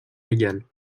légal